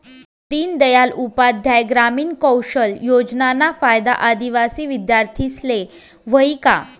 दीनदयाल उपाध्याय ग्रामीण कौशल योजनाना फायदा आदिवासी विद्यार्थीस्ले व्हयी का?